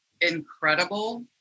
incredible